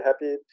happy